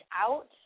out